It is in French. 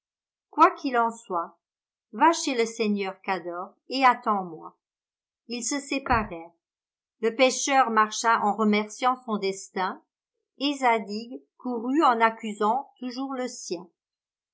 qu'il en soit va chez le seigneur cador et attends-moi ils se séparèrent le pêcheur marcha en remerciant son destin et zadig courut en accusant toujours le sien